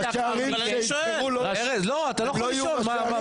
ראשי הערים שיבחרו הם לא יהיו ראשי הערים.